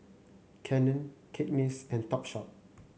Canon Cakenis and Topshop